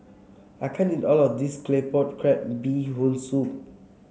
I can't eat all of this Claypot Crab Bee Hoon Soup